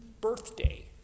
birthday